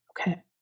Okay